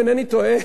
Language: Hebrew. אם אינני טועה,